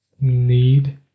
Need